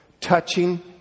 Touching